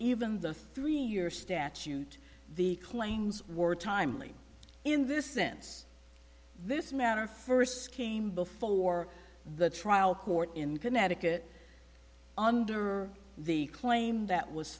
even the three year statute the claims were timely in this sense this matter first came before the trial court in connecticut under the claim that was